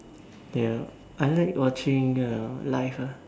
ya I like watching uh live ah